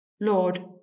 Lord